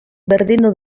berdindu